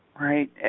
right